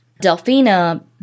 Delfina